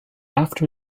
after